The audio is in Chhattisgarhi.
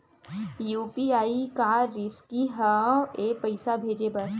यू.पी.आई का रिसकी हंव ए पईसा भेजे बर?